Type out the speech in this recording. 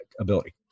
ability